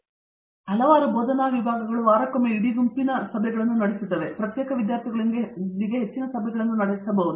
ನಮ್ಮ ಹಲವಾರು ಬೋಧನಾ ವಿಭಾಗಗಳು ವಾರಕ್ಕೊಮ್ಮೆ ಇಡೀ ಗುಂಪಿನ ಸಭೆಗಳನ್ನು ನಡೆಸುತ್ತವೆ ಮತ್ತು ಅವರು ಪ್ರತ್ಯೇಕ ವಿದ್ಯಾರ್ಥಿಗಳೊಂದಿಗೆ ಹೆಚ್ಚಿನ ಸಭೆಗಳನ್ನು ನಡೆಸಬಹುದು